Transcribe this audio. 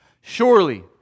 Surely